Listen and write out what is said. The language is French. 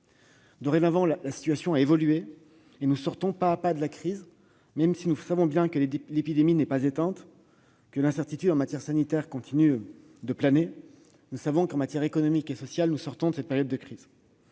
Dorénavant, la situation a évolué et nous sortons pas à pas de la crise, même si nous savons bien que l'épidémie n'est pas éteinte et que l'incertitude continue de planer en matière sanitaire. En revanche, nous savons qu'en matière économique et sociale nous sortons de cette période de crise.